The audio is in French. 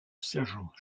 sergent